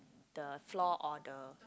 the floor order